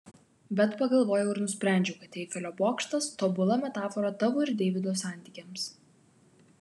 bet pagalvojau ir nusprendžiau kad eifelio bokštas tobula metafora tavo ir deivido santykiams